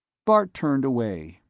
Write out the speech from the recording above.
bart turned away.